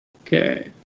Okay